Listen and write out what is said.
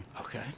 okay